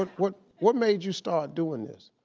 ah what what made you start doing this?